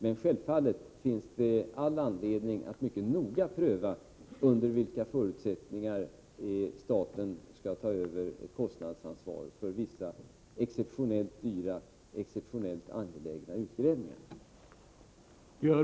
Men självfallet finns det all anledning att mycket noga pröva under vilka förutsättningar staten skall ta över ett kostnadsansvar för vissa exceptionellt dyra och angelägna utgrävningar.